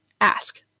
ask